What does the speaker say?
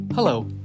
Hello